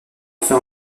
fait